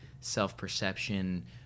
self-perception